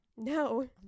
No